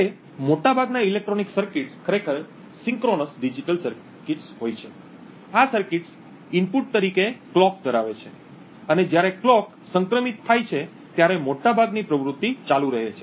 હવે મોટાભાગના electronic circuits ખરેખર સિન્ક્રોનસ ડિજિટલ સર્કિટ્સ હોય છે આ સર્કિટ્સ ઇનપુટ તરીકે કલોક ધરાવે છે અને જ્યારે કલોક સંક્રમિત થાય છે ત્યારે મોટાભાગની પ્રવૃત્તિ ચાલુ રહે છે